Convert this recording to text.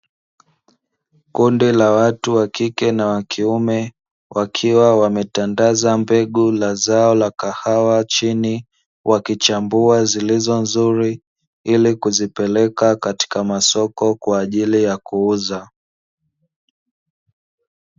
Kundi la watu wakike na wakiume wakiwa wametandaza mbegu la zao la kahawa chini, wakichambua zilizo nzuri ili kuzipeleka katika masoko kwa ajili ya kuuza.